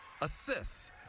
assists